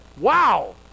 wow